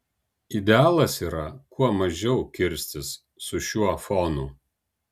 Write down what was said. idealas yra kuo mažiau kirstis su šiuo fonu